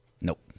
Nope